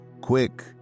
Quick